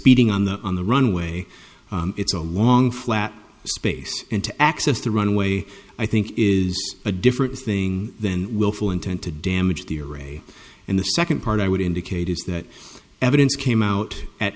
speeding on the on the runway it's a long flat space and to access the runway i think is a different thing than willful intent to damage the array and the second part i would indicate is that evidence came out at